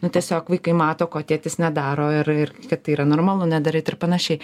nu tiesiog vaikai mato ko tėtis nedaro ir ir kad tai yra normalu nedaryt ir panašiai